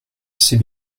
c’est